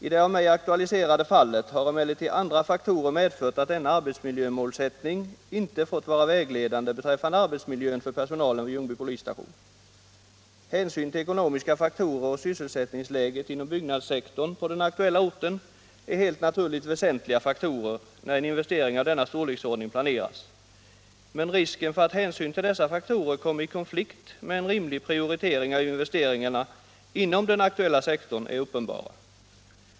I det av mig aktualiserade fallet har emellertid andra faktorer medfört att denna arbetsmiljömålsättning inte fått vara vägledande beträffande arbetsmiljön för personalen vid Ljungby polisstation. Hänsyn till ekonomiska faktorer och sysselsättningsläget inom byggnadssektorn på den aktuella orten är helt naturligt väsentliga faktorer när investering av denna storleksordning planeras, men risken för att hänsyn till dessa faktorer kommer i konflikt med en rimlig prioritering av investeringarna inom den aktuella sektorn är uppenbara.